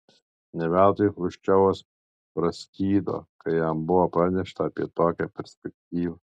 ne veltui chruščiovas praskydo kai jam buvo pranešta apie tokią perspektyvą